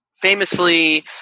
famously